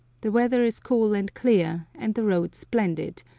the weather is cool and clear, and the road splendid,